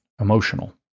emotional